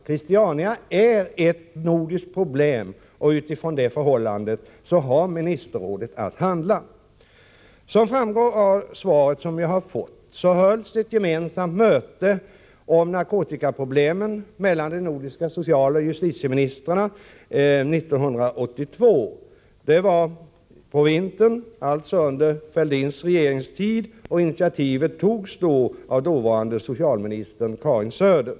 Christiania är ett nordiskt problem. Med utgångspunkt i det förhållandet har ministerrådet att handla. Som framgår av det svar som jag har fått hölls 1982 ett gemensamt möte om narkotikaproblemen mellan de nordiska socialoch justitieministrarna. Det var på vintern, alltså under Fälldins regeringstid, och initiativet togs av den dåvarande socialministern Karin Söder.